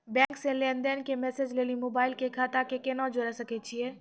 Bank से लेंन देंन के मैसेज लेली मोबाइल के खाता के केना जोड़े सकय छियै?